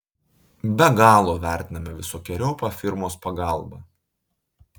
be galo vertiname visokeriopą firmos pagalbą